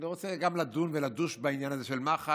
אני רוצה גם לדון ולדוש בעניין הזה של מח"ש.